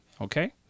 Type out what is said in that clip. Okay